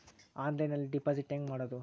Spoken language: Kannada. ಆನ್ಲೈನ್ನಲ್ಲಿ ಡೆಪಾಜಿಟ್ ಹೆಂಗ್ ಮಾಡುದು?